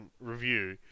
review